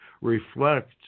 reflect